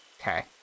Okay